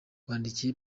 wandikiye